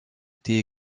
été